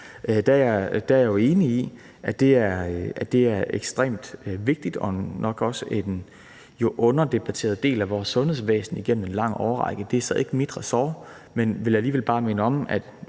er jeg jo enig i, at det er ekstremt vigtigt og nok også en underdebatteret del af vores sundhedsvæsen igennem en lang årrække. Det er så ikke mit ressort, men jeg vil alligevel bare minde om,